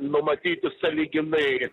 numatyti sąlyginai